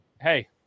hey